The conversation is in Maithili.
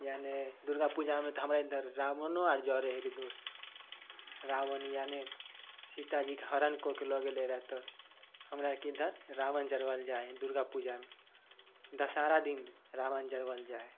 यानी दुर्गापूजामे तऽ हमरा ईधर रावणो आर जरै है रे दोस्त रावण यानी सीता जीके हरण कऽ के लऽ गेलै रहए तऽ हमरा आरके ईधर रावण जरबल जाइ है दुर्गापूजामे दशहरा दिन रावण जराओल जाइ है